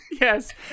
Yes